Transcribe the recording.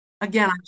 again